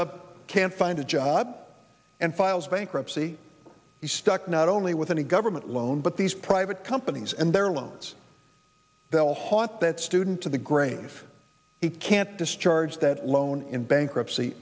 up can't find a job and files bankruptcy is stuck not only with any government loan but these private companies and their loans they'll haut that student to the grain if he can't discharge that loan in bankruptcy